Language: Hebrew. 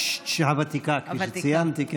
כן, הוותיקה, כפי שציינתי.